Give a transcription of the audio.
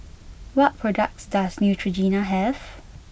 what products does Neutrogena have